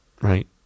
right